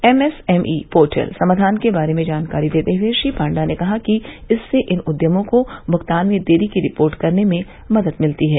MSME portal समाधान के बारे में जानकारी देते हुए श्री पांडा ने कहा कि इससे इन उद्यमों को भुगतान में देरी की रिपोर्ट करने में मदद मिलती है